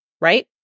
right